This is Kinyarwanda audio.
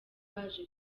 baje